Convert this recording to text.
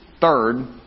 third